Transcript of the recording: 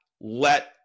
let